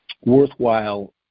worthwhile –